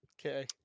Okay